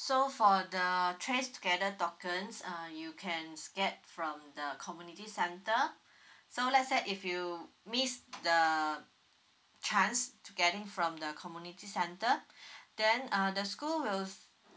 so for the err trace together tokens err you can get from the community center so let's say if you missed the chance to getting from the community center then uh the school will